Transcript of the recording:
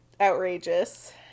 outrageous